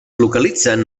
localitzen